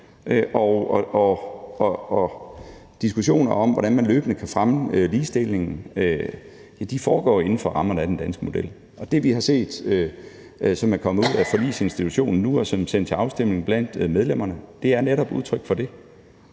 Diskussionen om, hvordan man løbende kan fremme ligestillingen, foregår inden for rammerne af den danske model. Og det, vi har set, som er kommet ud af Forligsinstitutionen nu, og som er sendt til afstemning blandt medlemmerne, er netop udtryk for det.